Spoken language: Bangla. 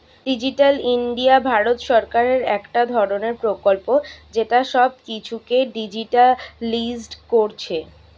ডিজিটাল ইন্ডিয়া ভারত সরকারের একটা ধরণের প্রকল্প যেটা সব কিছুকে ডিজিটালিসড কোরছে